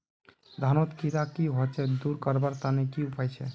धानोत कीड़ा की होचे दूर करवार तने की उपाय छे?